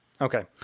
Okay